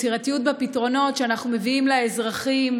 יצירתיות בפתרונות שאנחנו מביאים לאזרחים,